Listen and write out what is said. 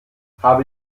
habe